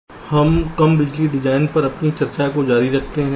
इसलिए हम कम बिजली डिजाइन पर अपनी चर्चा जारी रखते हैं